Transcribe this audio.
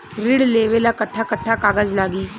ऋण लेवेला कट्ठा कट्ठा कागज लागी?